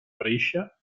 brescia